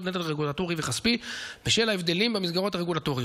נטל רגולטורי וכספי בשל ההבדלים בין המסגרות הרגולטוריות.